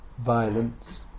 violence